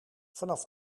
vanaf